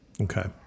Okay